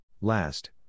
Last